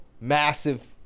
massive